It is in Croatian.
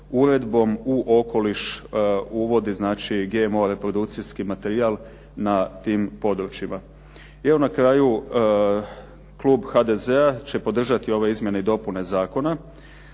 uredbom u okoliš uvodi znači GMO reprodukcijski materijal na tim područjima. I evo na kraju klub HDZ-a će podržati ove izmjene i dopune zakona